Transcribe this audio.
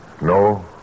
No